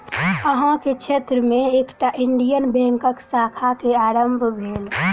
अहाँ के क्षेत्र में एकटा इंडियन बैंकक शाखा के आरम्भ भेल